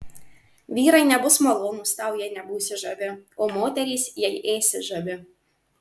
vyrai nebus malonūs tau jei nebūsi žavi o moterys jei ėsi žavi